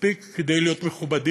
מספיק כדי להיות מכובדים.